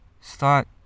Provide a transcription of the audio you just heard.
start